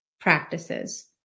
practices